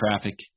traffic